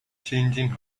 changing